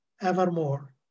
evermore